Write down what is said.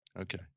Okay